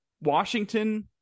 Washington